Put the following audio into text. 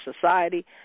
Society